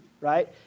right